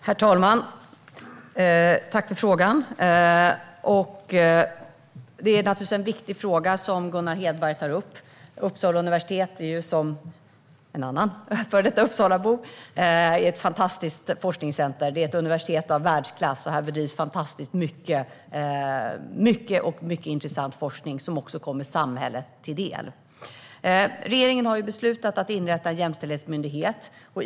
Herr talman! Jag tackar för den viktiga fråga som Gunnar Hedberg tar upp. Uppsala universitet är, enligt en annan före detta Uppsalabo, ett fantastiskt forskningscentrum. Det är ett universitet i världsklass, och där bedrivs fantastiskt mycket intressant forskning som också kommer samhället till del. Regeringen har beslutat att inrätta en jämställdhetsmyndighet.